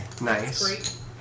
Nice